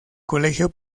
colegio